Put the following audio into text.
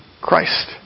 Christ